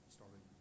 started